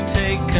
take